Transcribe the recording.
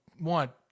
want